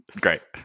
Great